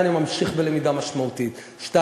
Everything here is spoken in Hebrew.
אני ממשיך בלמידה משמעותית, ב.